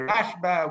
Rashba